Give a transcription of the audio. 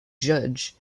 judge